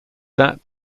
that